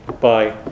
Bye